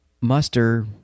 muster